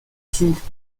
souffre